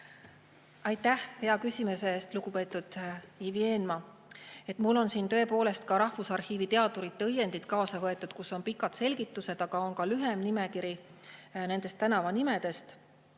Aitäh hea küsimuse eest, lugupeetud Ivi Eenmaa! Mul on siin tõepoolest ka Rahvusarhiivi teadurite õiendid kaasa võetud, kus on pikad selgitused, aga on ka lühem nimekiri nendest tänavanimedest.